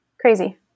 crazy